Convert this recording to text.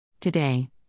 Today